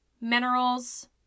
minerals